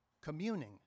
communing